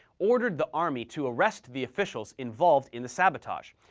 ordered the army to arrest the officials involved in the sabotage,